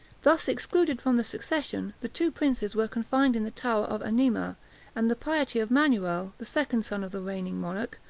thus excluded from the succession, the two princes were confined in the tower of anema and the piety of manuel, the second son of the reigning monarch,